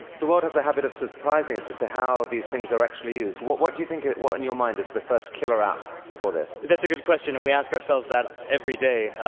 the world has a habit of surprising us as to how these things are actually used. what what do you think, what in your mind is the first killer app for this? ju a good question, and we ask ourselves that every day.